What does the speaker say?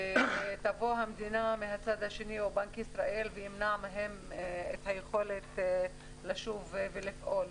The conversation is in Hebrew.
תבוא המדינה מהצד השני או בנק ישראל וימנע מהם את היכולת לשוב ולפעול.